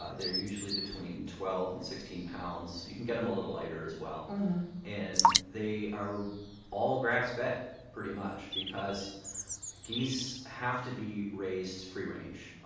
ah they're usually between twelve and sixteen pounds, but you can get them a little lighter as well and they are all grass-fed pretty much because geese have to be raised free range.